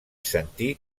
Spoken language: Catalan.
sentir